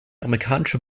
amerikanische